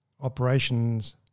operations